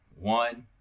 one